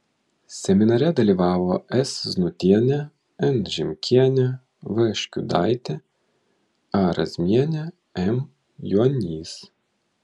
seminare dalyvavo s znutienė n žimkienė v škiudaitė a razmienė m juonys